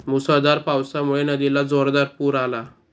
मुसळधार पावसामुळे नदीला जोरदार पूर आला